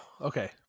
Okay